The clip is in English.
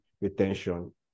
retention